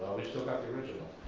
we still got the original.